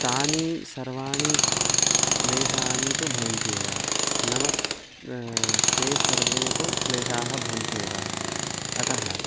तानि सर्वाणि क्लेशानि तु भवन्त्येव नाम ते सर्वे तु क्लेशाः भवन्त्येव अतः